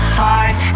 heart